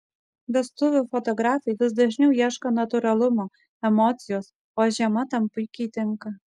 vestuvių fotografai vis dažniau ieško natūralumo emocijos o žiema tam puikiai tinka